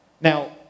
Now